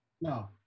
No